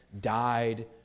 died